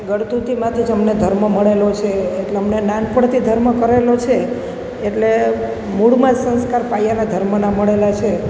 ગળથૂથીમાંથી જ અમને ધર્મ મળેલો છે એટલે અમને નાનપણથી ધર્મ કરેલો છે એટલે મૂળમાં સંસ્કાર પાયાના ધર્મના મળેલા છે